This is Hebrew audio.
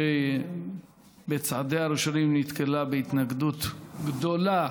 שבצעדיה הראשונים נתקלה בהתנגדות גדולה